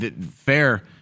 Fair